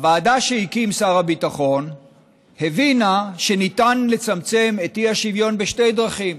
הוועדה שהקים שר הביטחון הבינה שניתן לצמצם את האי-שוויון בשתי דרכים.